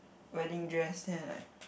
wedding dress then I like